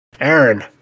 Aaron